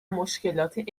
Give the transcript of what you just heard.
مشکلات